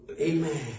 Amen